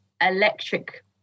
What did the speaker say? electric